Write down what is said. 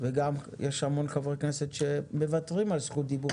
וגם יש הרבה חברי כנסת שמוותרים על זכות דיבור,